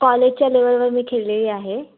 कॉलेजच्या लेवलवर मी खेळलेली आहे